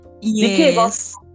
Yes